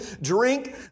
drink